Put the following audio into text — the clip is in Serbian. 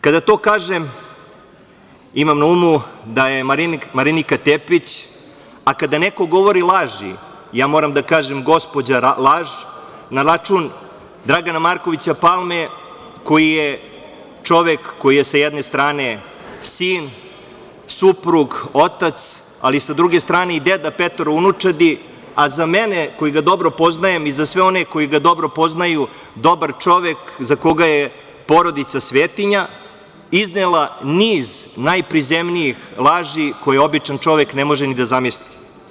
Kada to kažem, imam na umu da je Marinika Tepić, a kada neko govori laži, moram da kažem gospođa laž, na račun Dragana Markovića Palme, koji je čovek koji je sa jedne strane sin, suprug, otac, ali sa druge strane i deda petoro unučadi, a za mene koji ga dobro poznajem i za sve one koji ga dobro poznaju dobar čovek, za koga je porodica svetinja, iznela niz najprizemnijih laži koje običan čovek ne može ni da zamisli.